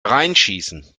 reinschießen